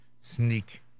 sneak